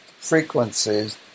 frequencies